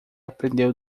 aprendeu